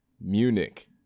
Munich